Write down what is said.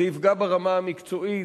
זה יפגע ברמה המקצועית,